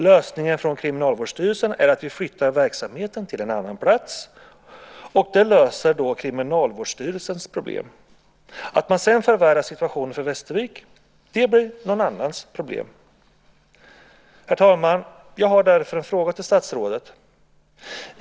Lösningen från Kriminalvårdsstyrelsen är att flytta verksamheten till en annan plats, och det löser Kriminalvårdsstyrelsens problem. Att man sedan förvärrar situationen för Västervik blir någon annans problem. Herr talman! Jag har därför en fråga till statsrådet.